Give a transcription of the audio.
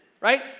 right